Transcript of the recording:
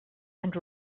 and